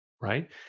right